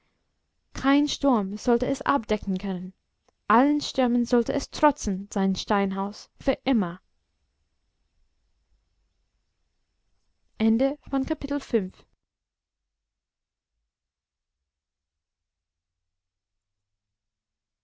kein sturm sollte es abdecken können allen stürmen sollte es trotzen sein steinhaus für immer